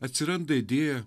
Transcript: atsiranda idėja